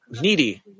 needy